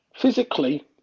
physically